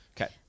Okay